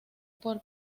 por